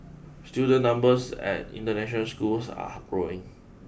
student numbers at international schools are growing